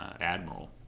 admiral